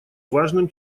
важным